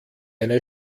eine